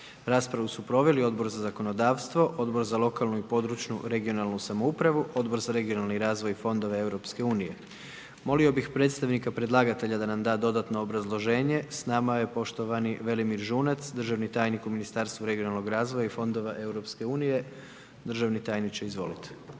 Raspravu su proveli Odbor za zakonodavstvo, Odbor za lokalnu i područnu regionalnu samoupravu, Odbor za regionalni razvoj i fondove EU. Molio bih predstavnika predlagatelja da nam da dodatno obrazloženje. S nama je poštovani Velimir Žunac, državni tajnik u Ministarstvu regionalnog razvoja i fondova EU. Državni tajniče, izvolite.